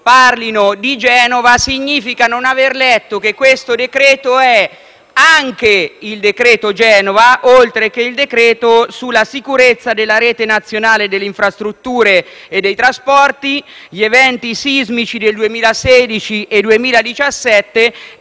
parlino di Genova significa non aver letto che questo decreto-legge è anche il decreto Genova, oltre che il decreto sulla sicurezza della rete nazionale delle infrastrutture e dei trasporti, sugli eventi sismici del 2016 e 2017